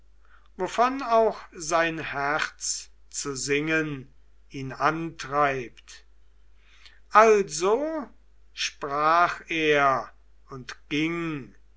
wovon auch sein herz zu singen ihn antreibt also sprach er und ging